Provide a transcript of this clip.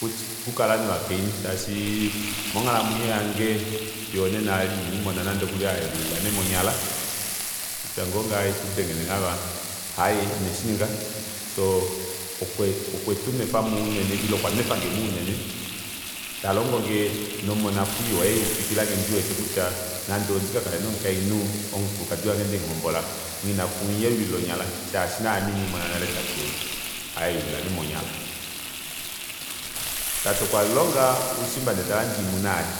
Okukala novakainhu shaashi fiyo onena eli monghalamwenyo yange ina ndimona nande ayelulila meme onyala kutya ngoo ngaha haikudenge nenghava aaye ineshininga soo okwetu nwefamo unene ile okwa nwefangemo unene talongonge nomonakwiiwa eyuupikilange ndiwete kutya nande ondikakale nomukainhu omukulukadi wange ndemuhombola nghina okumuyelulila onyala shaashi naame ina ndimona nale tate ayelulila meme onyala tate okwalonga oushimba ndee talande oimuna yaye